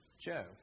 Joe